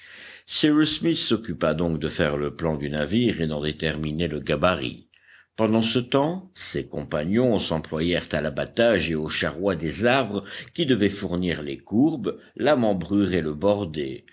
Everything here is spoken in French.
smith s'occupa donc de faire le plan du navire et d'en déterminer le gabarit pendant ce temps ses compagnons s'employèrent à l'abatage et au charroi des arbres qui devaient fournir les courbes la membrure et le bordé